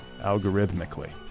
algorithmically